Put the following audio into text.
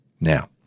Now